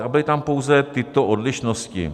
Byly tam pouze tyto odlišnosti.